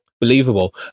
believable